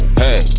hey